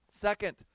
Second